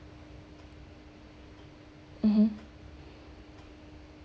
mmhmm